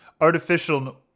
artificial